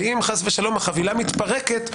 ואם חלילה החבילה מתפרקת,